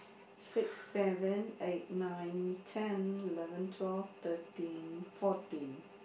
six seven eight nine ten eleven twelve thirteen fourteen